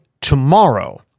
tomorrow